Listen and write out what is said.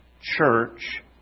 church